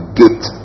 gate